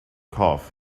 cough